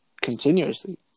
continuously